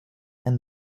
and